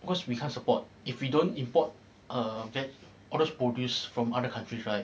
because we can't support if we don't import err veg~ all those produce from other countries right